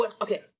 Okay